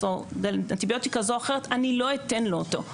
או אנטיביוטיקה כזו או אחרת אני לא אתן לו אותו.